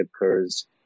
occurs